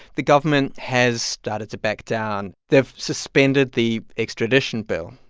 the government has started to back down. they've suspended the extradition bill.